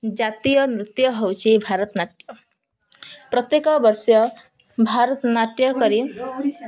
ଜାତୀୟ ନୃତ୍ୟ ହଉଛି ଭାରତନାଟ୍ୟ ପ୍ରତ୍ୟେକ ବର୍ଷ ଭାରତନାଟ୍ୟ କରି